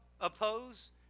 oppose